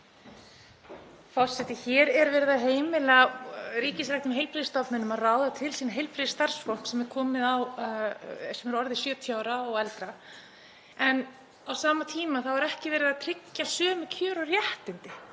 Forseti. Hér er verið að heimila ríkisreknum heilbrigðisstofnunum að ráða til sín heilbrigðisstarfsfólk sem er orðið 70 ára og eldra, en á sama tíma er ekki verið að tryggja sömu kjör og réttindi